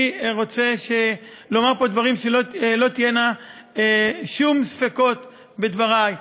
אני רוצה לומר דברים, שלא יהיו שום ספקות בדברי: